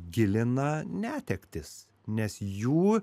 gilina netektis nes jų